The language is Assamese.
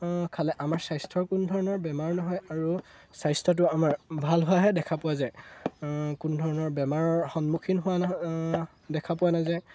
খালে আমাৰ স্বাস্থ্যৰ কোনো ধৰণৰ বেমাৰ নহয় আৰু স্বাস্থ্যটো আমাৰ ভাল হোৱাহে দেখা পোৱা যায় কোনো ধৰণৰ বেমাৰৰ সন্মুখীন হোৱা না দেখা পোৱা নাযায়